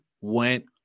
went